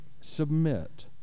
submit